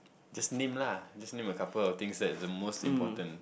just name lah just name a couple of things that is the most important